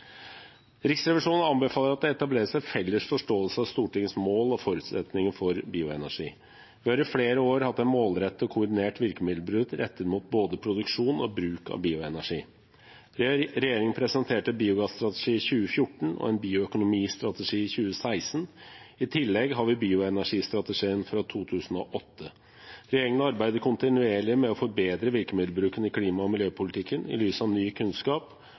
Riksrevisjonen anbefaler at det etableres en felles forståelse av Stortingets mål og forutsetninger for bioenergi. Vi har over flere år hatt en målrettet og koordinert virkemiddelbruk rettet mot både produksjon og bruk av bioenergi. Regjeringen presenterte sin biogasstrategi i 2014 og en bioøkonomistrategi i 2016. I tillegg har vi bioenergistrategien fra 2008. Regjeringen arbeider kontinuerlig med å forbedre virkemiddelbruken i klima- og miljøpolitikken i lys av ny kunnskap